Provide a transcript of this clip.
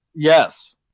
Yes